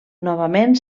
novament